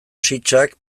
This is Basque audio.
sitsak